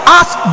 ask